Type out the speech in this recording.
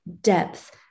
depth